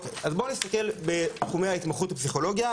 בואו נסתכל על תחומי ההתמחות בפסיכולוגיה.